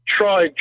try